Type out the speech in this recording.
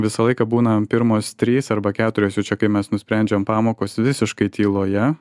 visą laiką būna pirmos trys arba keturios jau čia kaip mes nusprendžiam pamokos visiškai tyloje